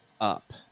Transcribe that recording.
up